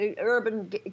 urban